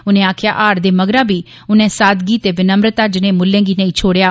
उनें आक्खेआ हार दे मगरा बी उने सादगी ते विनम्रता जनेह मुल्ले गी नेई छोड़ेया